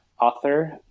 author